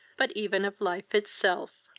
but even of life itself.